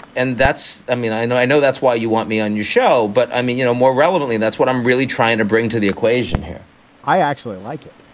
and that's i mean, i know, i know. that's why you want me on your show. but i mean, you know, more relevantly, that's what i'm really trying to bring to the equation here i actually like it.